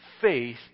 faith